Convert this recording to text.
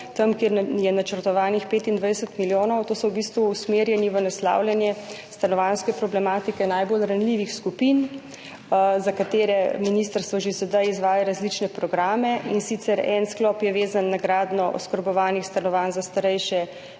delo, kjer je načrtovanih 25 milijonov, ti so v bistvu usmerjeni v naslavljanje stanovanjske problematike najbolj ranljivih skupin, za katere ministrstvo že sedaj izvaja različne programe. In sicer, en sklop je vezan na gradnjo oskrbovanih stanovanj za starejše in